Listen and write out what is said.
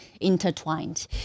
intertwined